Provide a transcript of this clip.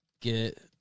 Get